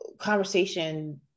conversation